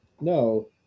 No